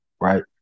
Right